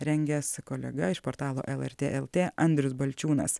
rengęs kolega iš portalo lrt lt andrius balčiūnas